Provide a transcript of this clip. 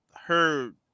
heard